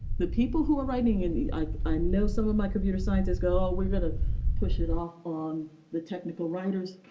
the people who are writing and like i know some of my computer scientists go, oh, we're going to push it off on the technical writers.